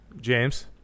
James